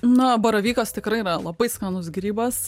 na baravykas tikrai yra labai skanus grybas